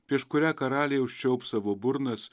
prieš kurią karaliai užčiaups savo burnas